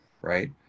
right